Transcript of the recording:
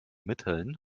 mitteln